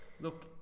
Look